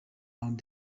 around